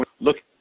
look